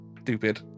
stupid